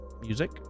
Music